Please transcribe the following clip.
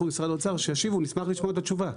ומשרד האוצר שישיבו נשמח לשמוע את התשובה,